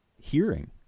hearing